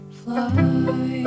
fly